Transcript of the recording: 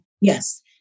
Yes